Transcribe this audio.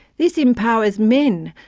this empowers men,